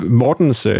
mortens